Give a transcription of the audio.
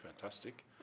fantastic